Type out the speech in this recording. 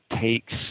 takes